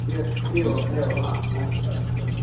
ए एवं एवं हा अस्तु अस्तु